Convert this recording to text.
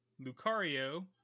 Lucario